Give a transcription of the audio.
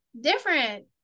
different